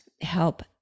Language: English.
help